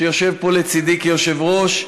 שיושב פה לצידי כיושב-ראש,